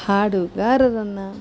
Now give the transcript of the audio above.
ಹಾಡುಗಾರರನ್ನು